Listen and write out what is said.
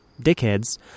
dickheads